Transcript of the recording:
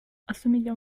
assomiglia